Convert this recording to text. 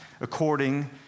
according